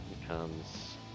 becomes